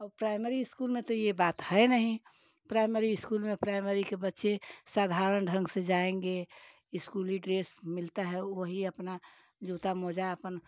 और primary school में तो ये बात है नहीं प्राइमरी स्कूल में प्राइमरी के बच्चे साधारण ढंग से जाएँगे स्कूली ड्रेस मिलता है वही अपना जूता मौज़ा अपन